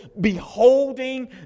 beholding